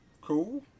Cool